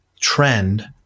trend